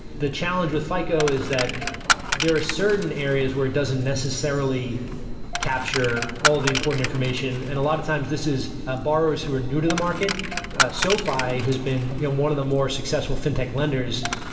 the challenge with fico is that there are certain areas where it doesn't necessarily capture all the important information, and a lot of times this is ah borrowers who are new to the market sofi has been yeah um one of the more successful fintech lenders.